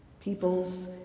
People's